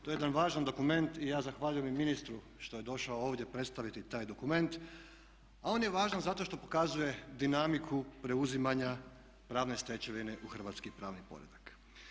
To je jedan važan dokument i ja zahvaljujem i ministru što je došao ovdje predstaviti taj dokument, a on je važan zato što pokazuje dinamiku preuzimanja pravne stečevine u hrvatski pravni poredak.